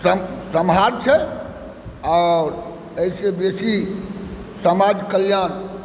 सभ सम्हारि छै और एहिसँ बेसी समाज कल्याण